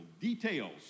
details